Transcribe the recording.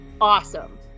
Awesome